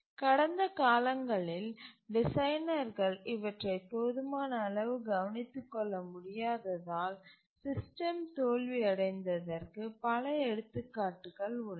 கடந்த காலங்களில் டிசைனர்ர்கள் இவற்றைப் போதுமான அளவு கவனித்துக்கொள்ள முடியாததால் சிஸ்டம் தோல்வி அடைந்ததற்கு பல எடுத்துக்காட்டுகள் உள்ளன